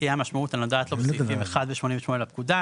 תהיה המשמעות הנודעת לו בסעיף 1 ו-88 לפקודה.